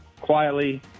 quietly